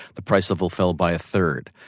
the price of oil fell by a third.